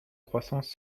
croissance